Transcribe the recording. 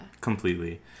completely